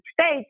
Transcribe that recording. States